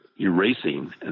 erasing